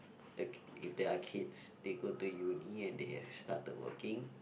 okay if there are kids they go to uni and they have started working